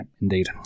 indeed